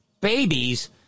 Babies